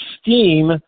STEAM